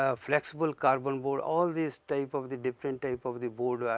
ah flexible carbon board. all these type of the different type of the board